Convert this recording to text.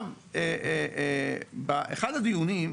באחד הדיונים,